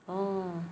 oh